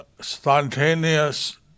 spontaneous